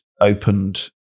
opened